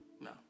no